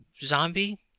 zombie